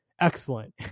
excellent